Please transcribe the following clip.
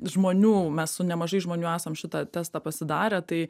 žmonių mes su nemažai žmonių esam šita testą pasidarę tai